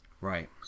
right